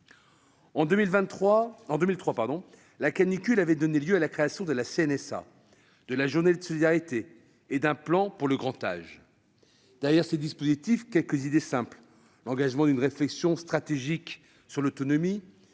En 2003, la canicule avait donné lieu à la création de la CNSA, de la journée de solidarité et d'un plan pour le grand âge. Derrière ces dispositifs, quelques idées simples : l'engagement d'une réflexion stratégique sur l'autonomie